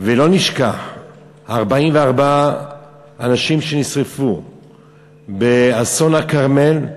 ולא נשכח 44 אנשים שנשרפו באסון הכרמל.